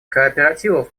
кооперативов